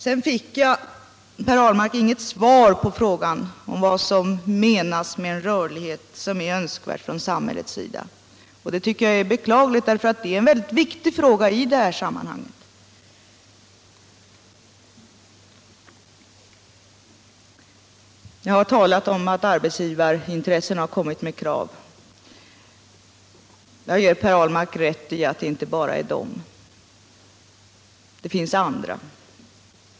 Sedan fick jag, Per Ahlmark, inget svar på frågan vad som menas med en rörlighet som är önskvärd från samhällets sida. Det tycker jag är beklagligt, för det är en viktig fråga i detta sammanhang. Jag har talat om att arbetsgivarintressena har kommit med krav. Jag ger Per Ahlmark rätt i att det inte bara är de — det finns andra.